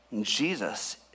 Jesus